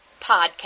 podcast